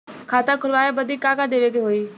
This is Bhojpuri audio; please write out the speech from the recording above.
खाता खोलावे बदी का का देवे के होइ?